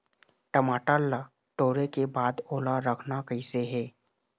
टमाटर ला टोरे के बाद ओला रखना कइसे हे?